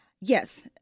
yes